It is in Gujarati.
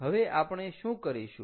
હવે આપણે શું કરીશું